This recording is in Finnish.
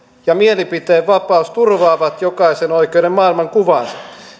ja mielipiteenvapaus turvaavat jokaisen oikeuden maailmankuvaan